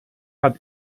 hat